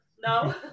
no